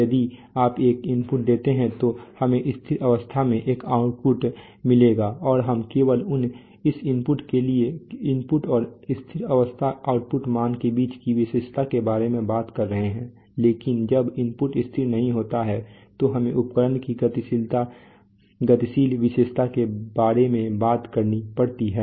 यदि आप एक इनपुट देते हैं तो हमें स्थिर अवस्था में एक आउटपुट मिलेगा और हम केवल इस इनपुट और स्थिर अवस्था आउटपुट मान के बीच की विशेषता के बारे में बात कर रहे हैं लेकिन जब इनपुट स्थिर नहीं होता है तो हमें उपकरण की गतिशील विशेषता के बारे में बात करनी पड़ती है